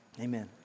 Amen